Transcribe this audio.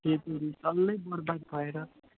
खेतीहरू डल्लै बर्बाद भएर